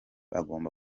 agomba